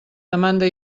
demanda